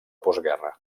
postguerra